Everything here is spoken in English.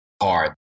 hard